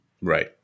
right